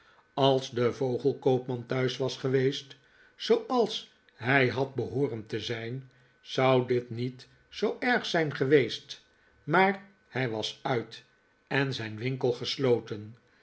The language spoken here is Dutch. als de vogelkoopman thuis was geweest zooals hij had behooren te zijn zou dit niet zoo erg zijn geweest maar hij was uit en zijn winkel gesloten